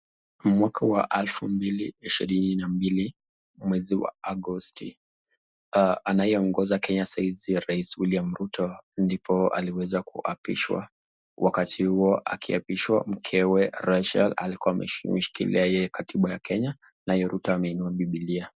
Mwaka wa elfu mbili ishirini na mbili mwezi wa Agosti, anayeongoza Kenya saa hizi rais William Ruto ndipo aliweza kuapishwa, wakati huo akiapishwa mkewe Rachael alikuwa ameshikilia yeye katiba ya Kenya naye Ruto ameinua Bibilia.